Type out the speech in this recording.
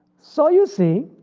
so you see,